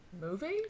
movie